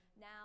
now